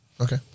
Okay